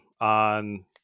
on